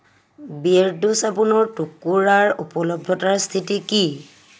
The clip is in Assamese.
বিয়েৰ্ডো চাবোনৰ টুকুৰাৰ উপলব্ধতাৰ স্থিতি কি